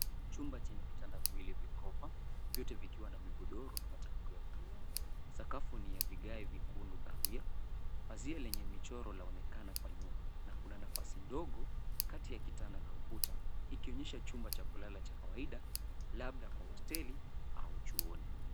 Chumba chenye vitanda viwili vya ghorofa, vyote vikiwa na migodoro na matandiko ya buluu. Sakafu ni ya vigae vya kuundwa kahawia, pazia lenye michoro linaonekana kwa nyuma na kuna nafasi ndogo kati ya kitanda na ukuta ikionyesha chumba cha kulala cha kawaida labda kwa hosteli au chuoni.